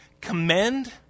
commend